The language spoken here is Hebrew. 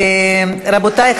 רבותי,